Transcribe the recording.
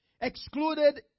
excluded